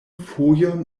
fojon